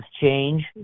change